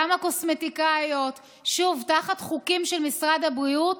גם הקוסמטיקאיות, שוב, תחת חוקים של משרד הבריאות,